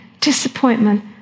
disappointment